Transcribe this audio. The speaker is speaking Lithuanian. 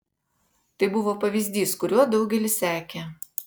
tai buvo pavyzdys kuriuo daugelis sekė